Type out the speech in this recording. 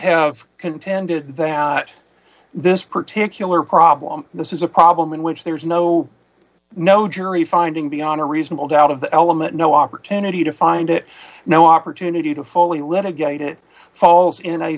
have contended that this particular problem this is a problem in which there is no no jury finding beyond a reasonable doubt of the element no opportunity to find it no opportunity to fully litigate it falls in a